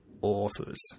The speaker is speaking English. authors